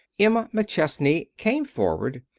emma mcchesney came forward,